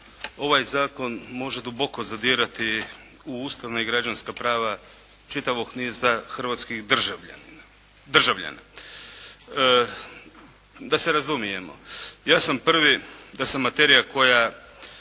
Ovaj zakon može duboko zadirati u ustavna i građanska prava čitavog niza hrvatskog državljana. Da se razumijemo, ja sam prvi da se materija koja